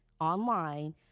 online